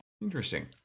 Interesting